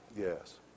Yes